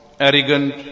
arrogant